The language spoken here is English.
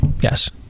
Yes